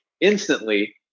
instantly